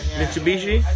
Mitsubishi